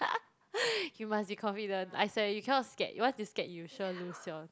you must be confident I swear you cannot scared once you scared you sure lose your